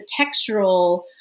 textural